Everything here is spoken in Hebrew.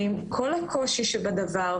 ועם כל הקושי בדבר,